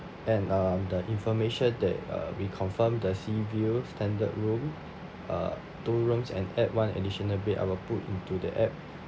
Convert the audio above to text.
and um the information that uh we confirm the sea view standard room uh two rooms and add one additional bed I'll put into the app